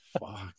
fuck